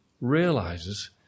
realizes